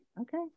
okay